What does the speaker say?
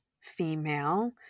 female